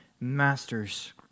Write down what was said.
masters